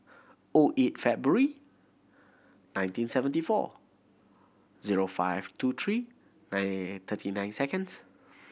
O eight February nineteen seventy four zero five two three nine eight eight thirty nine seconds